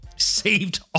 saved